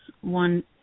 one